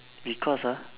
because ah